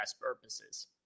purposes